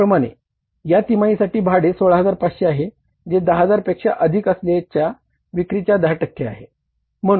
त्याचप्रमाणे या तिमाहीसाठी भाडे 16500 आहे जे 10000 पेक्षा अधिक असलेल्या विक्रीच्या 10 टक्के आहे